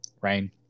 rain